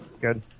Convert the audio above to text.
Good